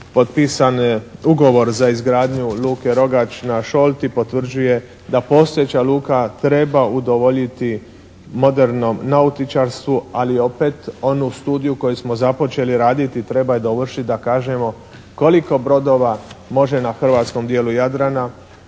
potpisan Ugovor za izgradnju luke Rogač na Šolti potvrđuje da postojeća luka treba udovoljiti modernom nautičarstvu, ali opet on u studiju koju smo započeli raditi treba je dovršiti da kažemo koliko brodova može na hrvatskom dijelu Jadrana